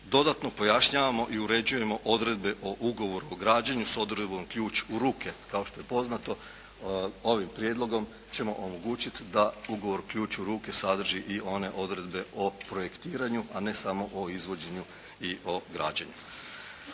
Dodatno pojašnjavamo i uređujemo odredbe o ugovoru o građenju s odredbom ključ u ruke. Kao što je poznato, ovim prijedlogom ćemo omogućiti da ugovor ključ u ruke sadrži i one odredbe o projektiranju, a ne samo o izvođenju i o građenju.